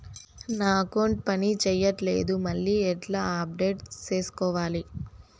నా అకౌంట్ పని చేయట్లేదు మళ్ళీ ఎట్లా అప్డేట్ సేసుకోవాలి?